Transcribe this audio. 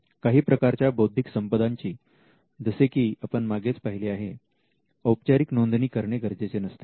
काही प्रकारच्या बौद्धिक संपदाची जसे की आपण मागेच पाहिले आहे औपचारिक नोंदणी करणे गरजेचे नसते